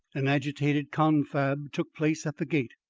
an agitated confab took place at the gate,